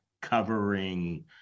covering